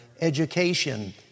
education